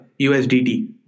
USDT